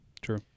True